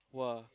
!wah!